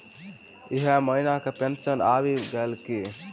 एहि महीना केँ पेंशन आबि गेल की